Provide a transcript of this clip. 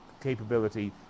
capability